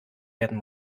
werden